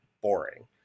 boring